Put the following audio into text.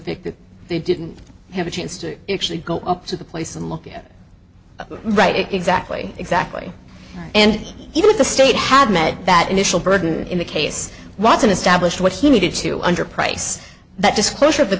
victims they didn't have a chance to actually go up to the place and look it up right exactly exactly and even if the state had met that initial burden in the case watson established what he needed to underprice that disclosure of